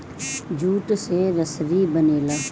jute से रसरी बनेला